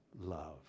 love